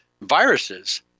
viruses